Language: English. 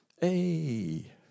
Hey